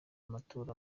amatora